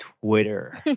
Twitter